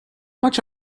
much